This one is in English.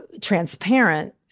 transparent